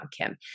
Kim